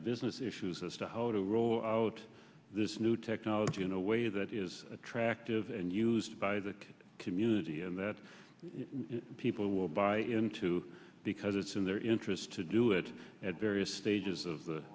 also business issues as to how to roll out this new technology in a way that is attractive and used by the community and that people will buy into because it's in their interest to do it at various stages of the